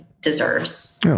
deserves